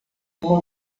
uma